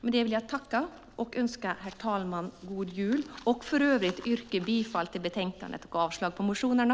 Med detta vill jag tacka och önska herr talmannen god jul. För övrigt yrkar jag bifall till utskottets förslag i betänkandet och avslag på motionerna.